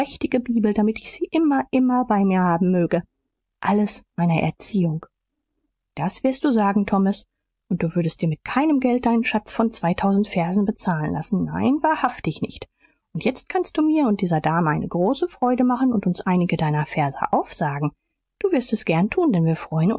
bibel damit ich sie immer immer bei mir haben möge alles meiner erziehung das wirst du sagen thomas und du würdest dir mit keinem geld deinen schatz von zweitausend versen bezahlen lassen nein wahrhaftig nicht und jetzt kannst du mir und dieser dame eine große freude machen und uns einige deiner verse aufsagen du wirst es gern tun denn wir freuen